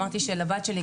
לצערי הרב,